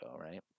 right